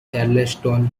charleston